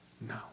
No